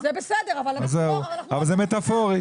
אבל זה מטפורי.